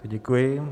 Děkuji.